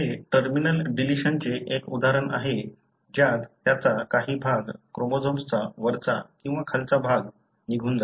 हे terminal deletion चे एक उदाहरण आहे ज्यात त्याचा काही भाग क्रोमोझोम्सचा वरचा किंवा खालचा भाग निघून जातो